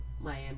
Miami